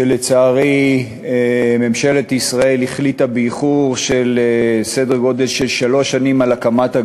ולצערי ממשלת ישראל החליטה באיחור בסדר גודל של שלוש שנים על הקמתה,